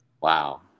Wow